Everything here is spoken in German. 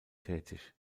tätig